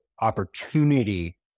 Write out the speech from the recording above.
opportunity